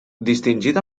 distingit